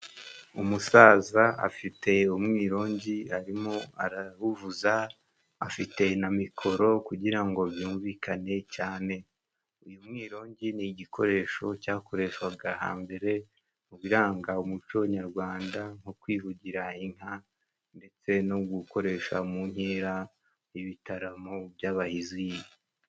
Umusaza afite umwirongi arimo arawuvuza afite na mikoro, kugira ngo byumvikane cyane. Uyu mwirongi ni igikoresho cyakoreshwaga hambere mu biranga umuco nyarwanda nko kwivugira inka ndetse no gukoresha mu nkera y'ibitaramo by'abahizi.